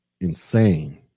insane